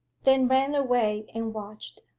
then ran away and watched.